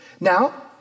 Now